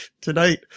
Tonight